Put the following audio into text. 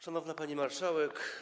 Szanowna Pani Marszałek!